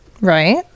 Right